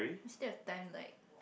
you still have ten like